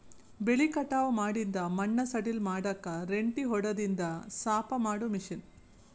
ಬೆಳಿ ಕಟಾವ ಮಾಡಿಂದ ಮಣ್ಣ ಸಡಿಲ ಮಾಡಾಕ ರೆಂಟಿ ಹೊಡದಿಂದ ಸಾಪ ಮಾಡು ಮಿಷನ್